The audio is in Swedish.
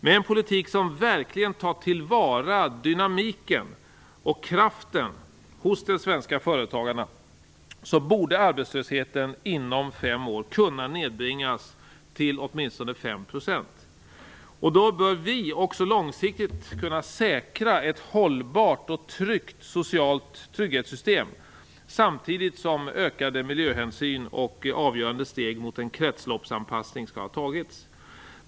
Med en politik som verkligen tar till vara dynamiken och kraften hos de svenska företagarna borde arbetslösheten inom fem år kunna nedbringas åtminstone till ca 5 %. Då bör vi också långsiktigt kunna säkra ett hållbart socialt trygghetssystem, samtidigt som ökade miljöhänsyn och avgörande steg mot en kretsloppsanpassning skall ha tagits.